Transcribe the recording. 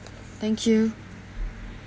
thank you